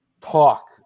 talk